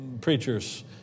preachers